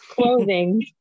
clothing